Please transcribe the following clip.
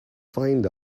find